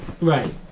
Right